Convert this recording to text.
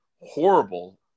horrible